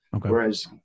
Whereas